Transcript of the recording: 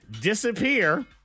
disappear